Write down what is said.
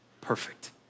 perfect